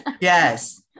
Yes